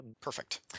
perfect